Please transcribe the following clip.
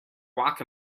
walk